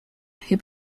who